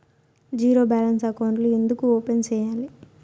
zero balance అకౌంట్లు ఎందుకు open సేయాలి